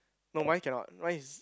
no my cannot my is